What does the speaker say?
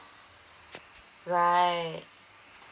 right